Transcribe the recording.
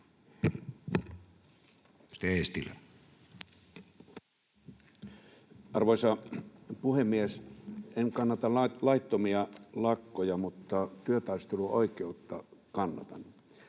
Arvoisa puhemies! En kannata laittomia lakkoja, mutta työtaisteluoikeutta kannatan.